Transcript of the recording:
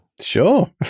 Sure